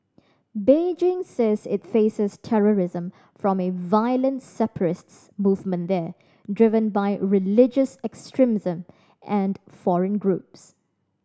Beijing says it faces terrorism from a violent separatists movement there driven by religious extremism and foreign groups